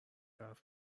حرف